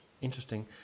Interesting